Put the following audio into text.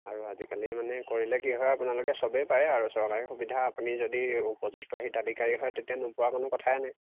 আৰু আজিকালি মানে কৰিলে কি হয় আপোনালোকে সবেই পায়ে আৰু চৰকাৰী সুবিধা আপুনি যদি উপযুক্ত হিতাধিকাৰী হয় তেতিয়া নোপোৱা কোনো কথাই নাই